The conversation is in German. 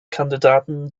kandidaten